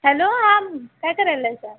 hello हा मग काय करायलाय सा